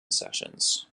sessions